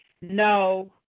No